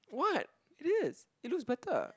what it is it looks better